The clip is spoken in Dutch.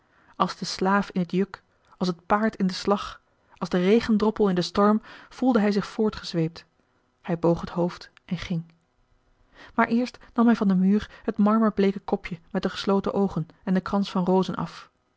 novellen slaaf in het juk als het paard in den slag als de regendroppel in den storm voelde hij zich voortgezweept hij boog het hoofd en ging maar eerst nam hij van den muur het marmerbleeke kopje met de gesloten oogen en den krans van rozen af